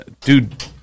dude